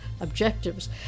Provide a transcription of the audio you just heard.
objectives